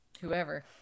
whoever